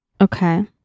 Okay